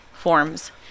forms